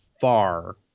far